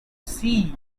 see